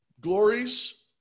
glories